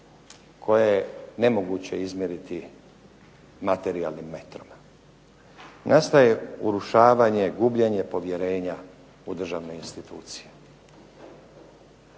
koje je nemoguće izmjeriti materijalnim metrom. Nastaje urušavanje, gubljenje povjerenja u državne institucije.